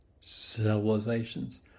civilizations